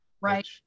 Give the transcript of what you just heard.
right